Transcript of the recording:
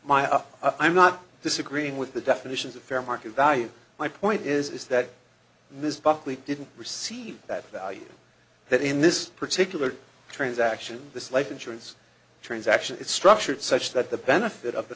maya i'm not disagreeing with the definitions of fair market value my point is that ms buckley didn't receive that value that in this particular transaction this life insurance transaction is structured such that the benefit of the